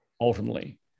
ultimately